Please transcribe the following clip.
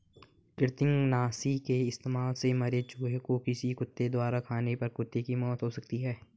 कृतंकनाशी के इस्तेमाल से मरे चूहें को किसी कुत्ते द्वारा खाने पर कुत्ते की मौत हो सकती है